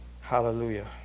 Hallelujah